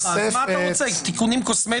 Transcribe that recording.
אתה רוצה תיקונים קוסמטיים?